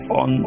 on